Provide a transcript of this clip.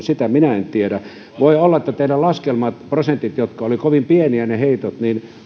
sitä minä en tiedä voi olla että teidän laskelmanne prosentit joiden mukaan olivat kovin pieniä ne heitot